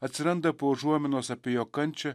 atsiranda po užuominos apie jo kančią